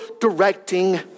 directing